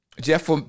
Jeff